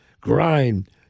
grind